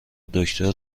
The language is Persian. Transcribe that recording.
دکتر